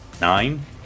nine